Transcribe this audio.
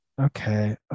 Okay